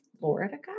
Florida